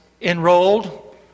enrolled